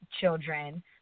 children